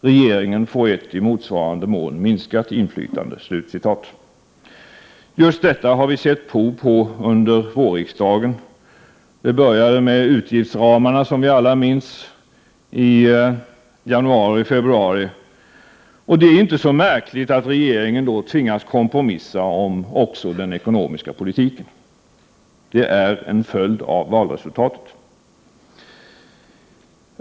Regeringen får ett i motsvarande mån minskat inflytande.” Just detta har vi sett prov på under vårriksdagen. Det började, som vi alla minns, med utgiftsramarna i januari—-februari. Det är inte så märkligt att regeringen då har tvingats kompromissa om också den ekonomiska politiken. Det är en följd av valresultatet.